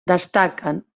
destaquen